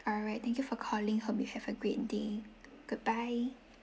alright thank you for calling hope you have a great day goodbye